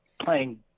playing